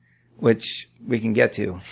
which we can get to.